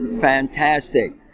fantastic